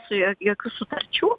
su juo jokių sutarčių